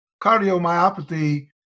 cardiomyopathy